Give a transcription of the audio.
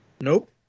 Nope